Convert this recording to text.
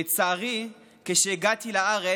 לצערי, כשהגעתי לארץ,